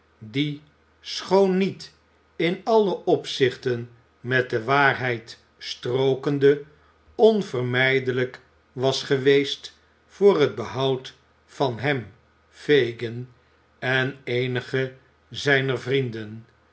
die schoon niet in alle opzichten met de waarheid strookende onvermijdelijk was geweest voor het behoud van hem fagin en eenige zijner vrienden